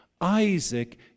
Isaac